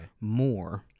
more